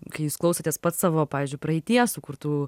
kai jūs klausotės pats savo pavyzdžiui praeityje sukurtų